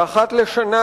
שאחת לשנה